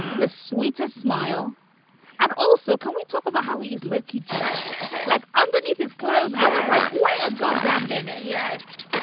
the sweetest smile and also, can we talk about how we use. yeah jacked like underneath his clothes. i was like, wait a goddamn minute. yes.